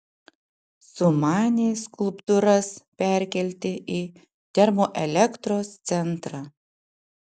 sumanė skulptūras perkelti į termoelektros centrą